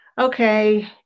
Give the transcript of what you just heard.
Okay